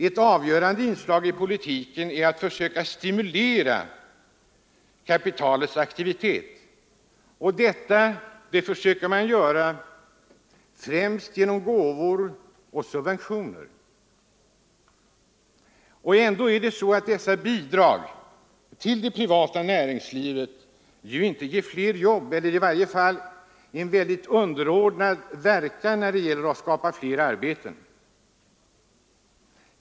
Ett avgörande inslag i politiken är att försöka ”stimulera” kapitalets aktivitet. Detta söker man göra främst genom gåvor och subventioner. Ändå ger ju dessa bidrag till det privata näringslivet inte fler jobb eller har i varje fall en väldigt underordnad verkan när det gäller att skapa fler arbeten.